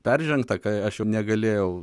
peržengta kai aš jau negalėjau